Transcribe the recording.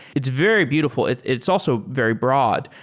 it's very beautiful. it's it's also very broad.